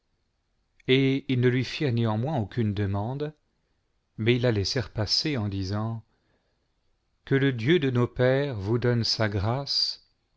et il ne lui firent néanmoins aucune demande mais ils la laissèrent passer en disant que le dieu de nos pères vous donne sa grâce